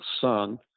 son